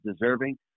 deserving